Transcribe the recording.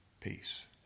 peace